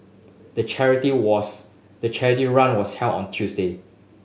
the charity was the charity run was held on a Tuesday